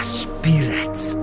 spirits